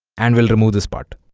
and will remove this part